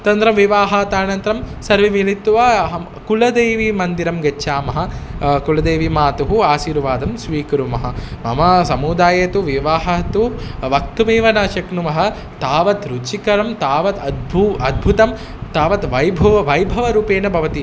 तन्त्रं विवाहात् अनन्तरं सर्वे मिलित्वा अहं कुलदैवीमन्दिरं गच्छामः कुलदेवीमातुः आशिर्वादं स्वीकुर्मः मम समुदाये तु विवाहः तु वक्तुमेव न शक्नुमः तावत् रुचिकरं तावत् अद्भुतम् अद्भुतं तावत् वैभव वैभवरूपेण भवति